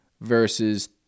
versus